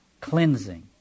cleansing